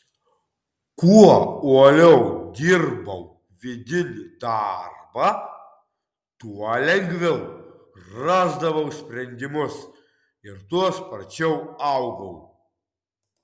kuo uoliau dirbau vidinį darbą tuo lengviau rasdavau sprendimus ir tuo sparčiau augau